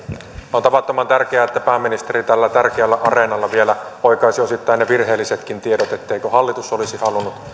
on tavattoman tärkeää että pääministeri tällä tärkeällä areenalla vielä oikaisi ne osittain virheellisetkin tiedot etteikö hallitus olisi halunnut